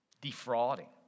defrauding